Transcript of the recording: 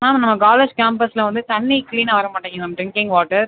ma'am நம்ம college கேம்பஸில் வந்து தண்ணி க்ளீனாக வரமாட்டேங்குது மேம் ட்ரிங்கிங் வாட்டர்